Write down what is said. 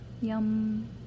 Yum